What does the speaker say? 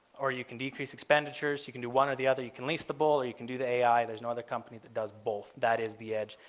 or you can decrease expenditures. you can do one or the other. you can lease the bull or you can do the ai. there's no other company that does both. that is the edge,